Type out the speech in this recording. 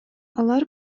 алар